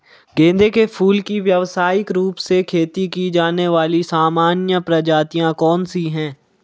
गेंदे के फूल की व्यवसायिक रूप से खेती की जाने वाली सामान्य प्रजातियां कौन सी है?